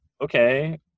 okay